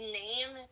name